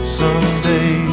someday